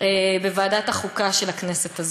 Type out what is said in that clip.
בוועדת החוקה של הכנסת הזאת,